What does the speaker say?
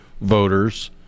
voters